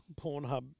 Pornhub